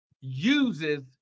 uses